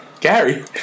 Gary